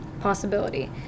possibility